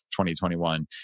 2021